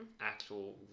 actual